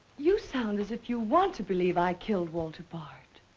you sound as if you want to believe i killed walter bard.